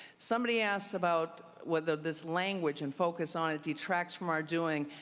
somebody asked about whether this language and focus on detracts from our doing.